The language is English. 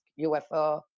UFO